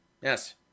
Yes